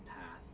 path